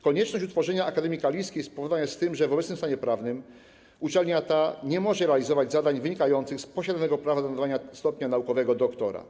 Konieczność utworzenia Akademii Kaliskiej spowodowana jest tym, że w obecnym stanie prawnym uczelnia ta nie może realizować zadań wynikających z posiadanego prawa do nadawania stopnia naukowego doktora.